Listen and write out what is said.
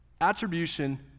attribution